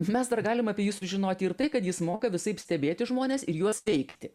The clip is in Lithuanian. mes dar galim apie jį sužinoti ir tai kad jis moka visaip stebėti žmones ir juos veikti